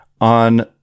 on